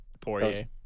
Poirier